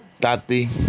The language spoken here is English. Tati